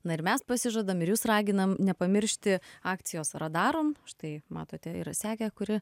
na ir mes pasižadam ir jus raginam nepamiršti akcijos radarom štai matote yra segė kuri